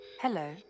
Hello